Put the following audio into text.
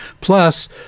plus